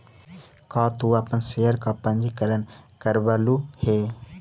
का तू अपन शेयर का पंजीकरण करवलु हे